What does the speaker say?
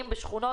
לא לגבי רמלה.